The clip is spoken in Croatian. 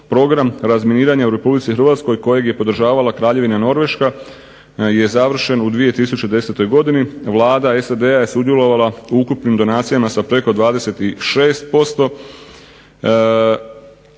program razminiranja u Republici Hrvatskoj kojeg je podržavala Kraljevina Norveška je završen u 2010. godini. Vlada SAD-a je sudjelovala u ukupnim donacijama sa preko 26%.